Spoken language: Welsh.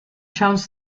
siawns